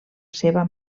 seva